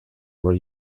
were